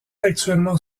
actuellement